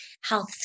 health